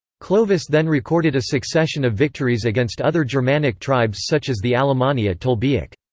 clovis then recorded a succession of victories against other germanic tribes such as the alamanni at tolbiac.